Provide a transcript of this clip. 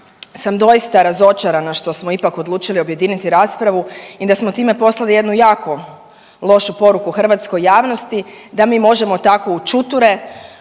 sam doista razočarana što smo ipak odlučili objediniti raspravu i da smo time poslali jednu jako lošu poruku hrvatskoj javnosti da mi možemo tako u čuture